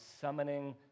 summoning